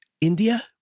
India